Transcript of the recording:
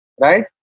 Right